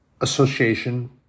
association